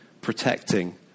protecting